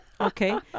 Okay